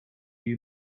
you